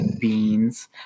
beans